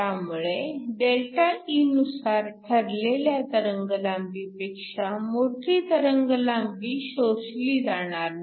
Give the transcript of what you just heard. त्यामुळे ΔE नुसार ठरलेल्या तरंगलांबीपेक्षा मोठी तरंगलांबी शोषली जाणार नाही